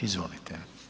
Izvolite.